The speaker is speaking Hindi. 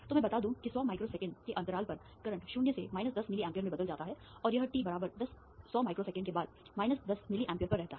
तो मैं बता दूं कि 100 माइक्रोसेकंड के अंतराल पर करंट 0 से 10 मिली एम्पीयर में बदल जाता है और यह t 100 माइक्रोसेकंड के बाद 10 मिली एम्पीयर पर रहता है